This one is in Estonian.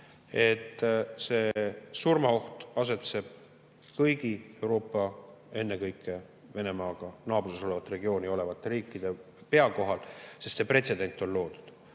see surmaoht asetseb kõigi Euroopa [riikide], ennekõike Venemaa naabruses olevas regioonis asuvate riikide pea kohal, sest see pretsedent on loodud.